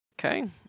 Okay